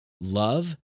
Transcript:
love